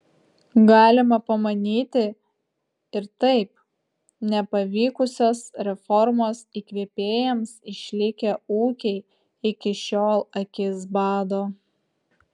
galima pamanyti ir taip nepavykusios reformos įkvėpėjams išlikę ūkiai iki šiol akis bado